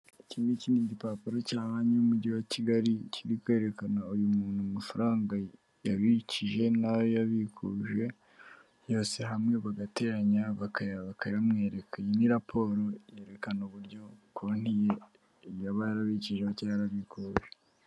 Iki ngiki ni igipapuro cya banki y'umujyi wa Kigali, kiri kwerekana uyu muntu amafaranga yabikije n'ayo yabikuje yose hamwe bagateranya bakayamwereka, iyi ni raporo yerekana uburyo konti ye yaba yarabicijeho cyangwa yarabikuje.